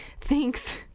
Thinks